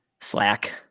Slack